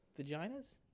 vaginas